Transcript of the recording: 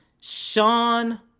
Sean